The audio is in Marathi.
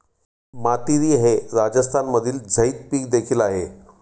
मातीरी हे राजस्थानमधील झैद पीक देखील आहे